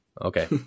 Okay